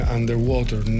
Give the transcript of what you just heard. Underwater